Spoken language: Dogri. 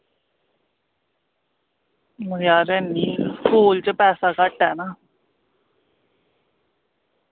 ओह् यार हैनी स्कूल च पैसा घट्ट ऐ ना